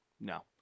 No